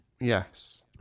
Yes